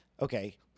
Okay